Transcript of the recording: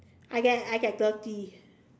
I get I get thirties